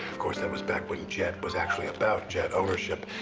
of course, that was back when jet was actually about jet ownership.